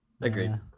agreed